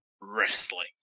Wrestling